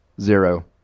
zero